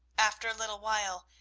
after a little while,